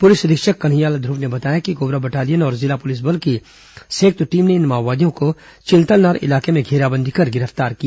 police अधीक्षक कन्हैयालाल ध्र्वव ने बताया कि कोबरा बटालियन और जिला पुलिस बल की संयुक्त टीम ने इन माओवादियों को चिंतलनार इलाके में घेराबंदी कर गिरफ तार किया